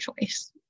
choice